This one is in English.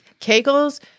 Kegels